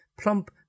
Plump